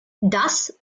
das